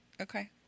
Okay